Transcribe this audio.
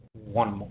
one